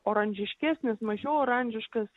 oranžiškesnis mažiau oranžiškas